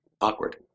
awkward